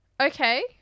Okay